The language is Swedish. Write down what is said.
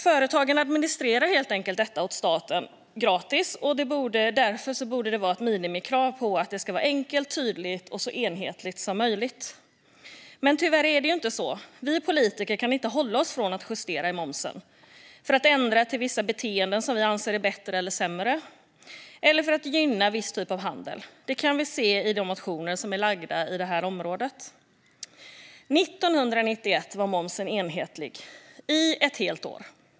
Företagen administrerar helt enkelt detta åt staten gratis, och därför borde ett minimikrav vara att det ska vara enkelt, tydligt och så enhetligt som möjligt. Men tyvärr är det inte så. Vi politiker kan inte hålla oss från att justera i momsen för att ändra till vissa beteenden som vi anser är bättre eller sämre eller för att gynna en viss typ av handel; det kan vi se i de motioner som har väckts på detta område. År 1991 var momsen enhetlig i ett helt år.